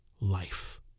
life